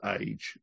age